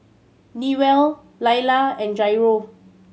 Newell Lailah and Jairo